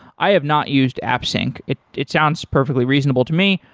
i have not used appsnc. it it sounds perfectly reasonable to me.